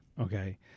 Okay